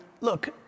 look